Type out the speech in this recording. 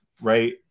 right